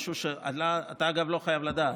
משהו שאתה אגב לא חייב לדעת,